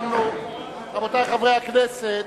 רבותי חברי הכנסת,